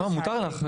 מותר לך,